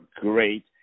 great